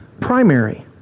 primary